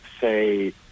say